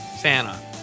Santa